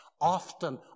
often